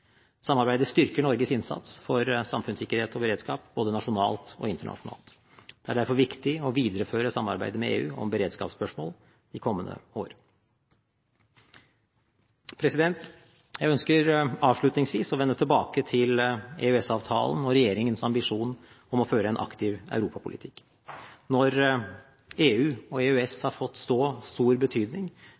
Samarbeidet styrker Norges innsats for samfunnssikkerhet og beredskap, både nasjonalt og internasjonalt. Det er derfor viktig å videreføre samarbeidet med EU om beredskapsspørsmål de kommende år. Jeg ønsker avslutningsvis å vende tilbake til EØS-avtalen og regjeringens ambisjon om å føre en aktiv europapolitikk. Når EU og EØS har fått så stor betydning